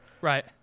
Right